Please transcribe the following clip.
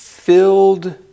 filled